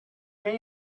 can